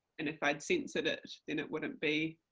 and if i'd censored it then it wouldn't be,